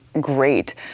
great